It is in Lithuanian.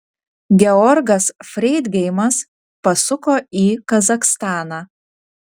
georgas freidgeimas pasuko į kazachstaną